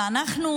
ואנחנו